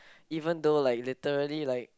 even though like literally like